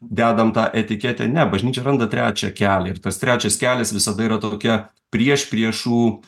dedam tą etiketę ne bažnyčia randa trečią kelią ir tas trečias kelias visada yra tokia priešpriešų